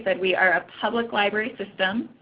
but we are a public library system.